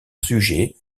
sujet